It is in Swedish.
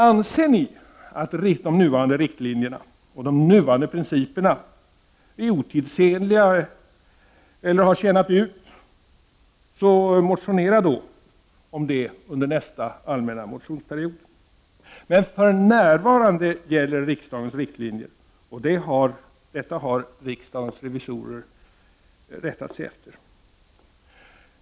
Anser ni att de nuvarande riktlinjerna och de nuvarande principerna är otidsenliga eller har tjänat ut? Motionera då om det under nästa allmänna motionsperiod! För närvarande gäller riksdagens riktlinjer, och detta har riksdagens revisorer rättat sig efter.